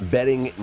Betting